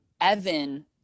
Evan